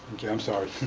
okay, i'm sorry.